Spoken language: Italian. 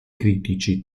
critici